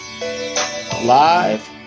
Live